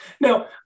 Now